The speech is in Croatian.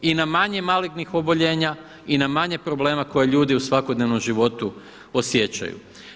I na manje malignih oboljenja i na manje problema koje ljudi u svakodnevnom životu osjećaju.